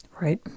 Right